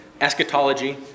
Eschatology